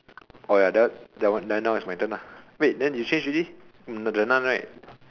ya that one then now is my turn wait you changed already the nun right